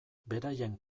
beraien